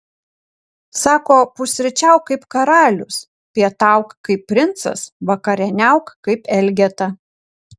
sako pusryčiauk kaip karalius pietauk kaip princas vakarieniauk kaip elgeta